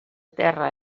terra